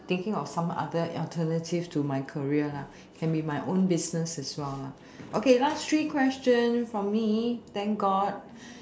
thinking of some other alternative to my career lah can be my own business as well lah okay last three question from me thank god